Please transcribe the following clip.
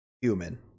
human